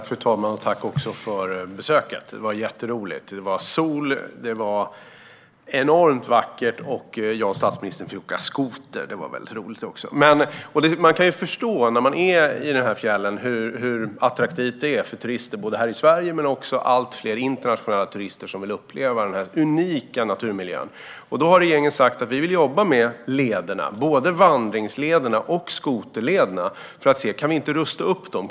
Fru talman! Jag tackar för besöket, Anna-Caren Sätherberg; det var jätteroligt. Det var sol och enormt vackert, och jag och statsministern fick åka skoter. Det var väldigt roligt! När man är i fjällen kan man förstå hur attraktivt det är både för turister i Sverige och för allt fler internationella turister som vill uppleva den unika naturmiljön. Regeringen har sagt att den vill jobba med lederna, både vandringslederna och skoterlederna, för att se om vi inte kan rusta upp dem.